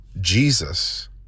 Jesus